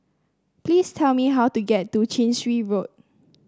please tell me how to get to Chin Swee Road